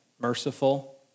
Merciful